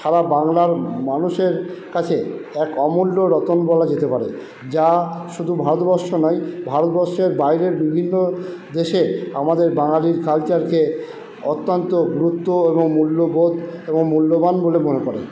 সারা বাংলার মানুষের কাছে এক অমূল্য রতন বলা যেতে পারে যা শুধু ভারতবর্ষ নয় ভারতবর্ষের বাইরের বিভিন্ন দেশে আমাদের বাঙালির কালচারকে অত্যন্ত গুরুত্ব এবং মূল্যবোধ এবং মূল্যবান বলে মনে করে